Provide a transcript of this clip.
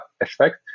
effect